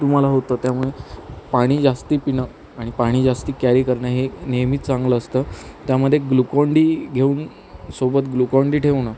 तुम्हाला होतं त्यामुळे पाणी जास्त पिणं आणि पाणी जास्त कॅरी करणं हे नेहमी चांगलं असतं त्यामध्ये ग्लुकॉनडी घेऊन सोबत ग्लुकॉनडी ठेवणं